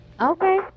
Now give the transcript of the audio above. Okay